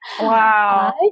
wow